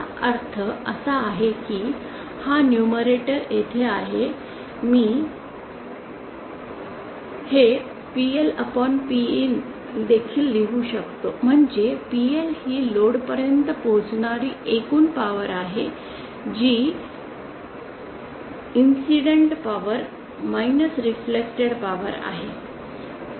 तर याचा अर्थ असा आहे की हा न्यूमॅरॅटॉर येथे आहे मी हे PLPIN देखील लिहू शकतो म्हणजे PL ही लोड पर्यंत पोहोचणारी एकूण पॉवर आहे जी इंसीडन्ट पॉवर रिफ्लेक्टड पॉवर आहे